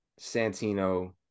Santino